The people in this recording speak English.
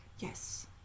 Yes